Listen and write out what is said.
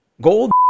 Gold